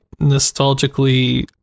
nostalgically